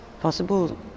possible